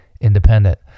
independent